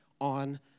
on